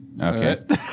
Okay